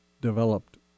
developed